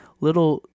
little